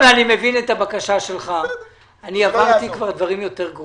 אני עברתי כבר דברים יותר גרועים.